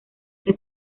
que